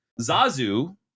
Zazu